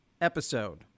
episode